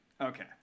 Okay